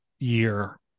year